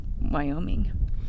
Wyoming